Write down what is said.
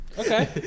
Okay